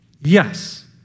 Yes